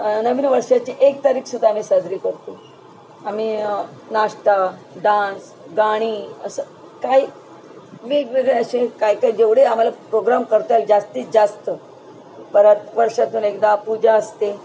नवीन वर्षाची एक तारीखसुद्धा आम्ही साजरी करतो आम्ही नाश्ता डान्स गाणी असं काही वेगवेगळे असे काय काय जेवढे आम्हाला प्रोग्राम करता येईल जास्तीत जास्त परत वर्षातून एकदा पूजा असते